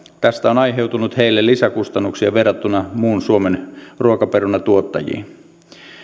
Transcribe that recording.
tästä on aiheutunut heille lisäkustannuksia verrattuna muun suomen ruokaperunantuottajiin